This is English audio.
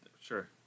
Sure